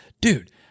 dude